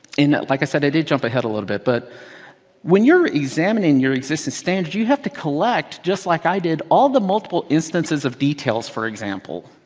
like i said, i did jump ahead a little bit. but when you're examining your existing standard, you have to collect, just like i did, all the multiple instances of details, for example.